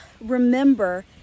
remember